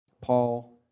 Paul